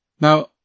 Now